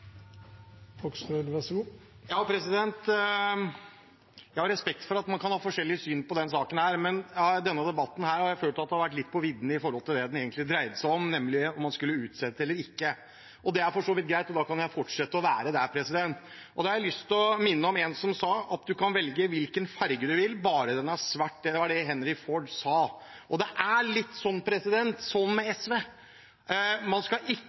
Jeg har respekt for at man kan ha forskjellige syn på denne saken, men denne debatten har jeg følt har vært litt på viddene i forhold til det den egentlig dreier seg om, nemlig om man skulle utsette eller ikke. Det er for så vidt greit, og da kan jeg fortsette der. Da har jeg lyst til å minne om en som sa at du kan velge hvilken farge du vil, bare den er svart. Det var det Henry Ford sa. Det er litt sånn med SV. Man kan gjøre ting, bare man ikke